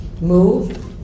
move